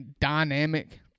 dynamic